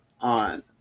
on